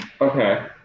Okay